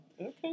okay